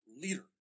leader